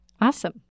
Awesome